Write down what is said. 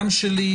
גם שלי,